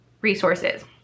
resources